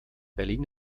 berlin